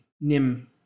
Nim